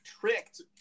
tricked